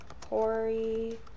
Corey